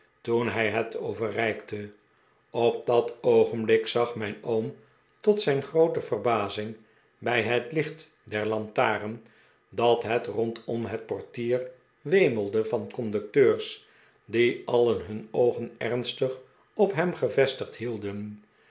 toen hij het overreikte op dat oogenblik zag mijn oom tot zijn groote verbazmg bij het licht der lantaren dat het rondom het portier wemelde van conducteurs die alien nun oogen ernstig op hem gevestigd hielden